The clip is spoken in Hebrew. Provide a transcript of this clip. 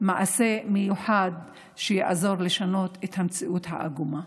מעשה מיוחד שיעזור לשנות את המציאות העגומה.